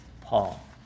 Paul